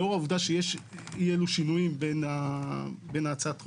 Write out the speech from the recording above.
לאור העובדה שיש אי אלו שינויים בין הצעת הנוסח של